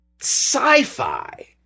sci-fi